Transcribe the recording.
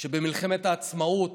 שבמלחמת העצמאות,